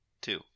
Two